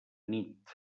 nit